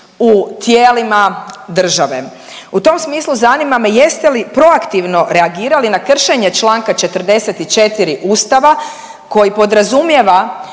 u tijelima države. U tom smislu zanima me jeste li proaktivno reagirali na kršenje čl. 44. Ustava koji podrazumijeva